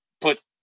put